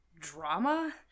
drama